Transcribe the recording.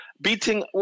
Beating